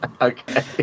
Okay